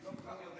אני לא כל כך יודע.